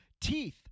teeth